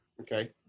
Okay